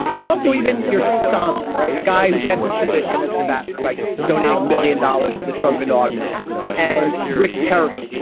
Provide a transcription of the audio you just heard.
but also even you're solid right. a guy who gets his position as an ambassador by donating a million dollars to the trump inaugural and rick perry.